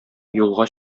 юлга